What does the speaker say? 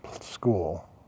school